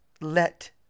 let